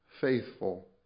faithful